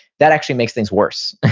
that actually makes things worse.